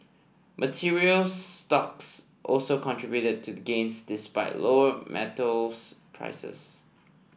materials stocks also contributed to the gains despite lower metals prices